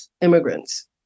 immigrants